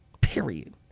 Period